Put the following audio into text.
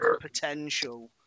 potential